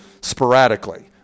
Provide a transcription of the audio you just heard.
sporadically